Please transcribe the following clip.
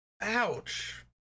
Ouch